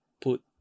put